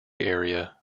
area